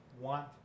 want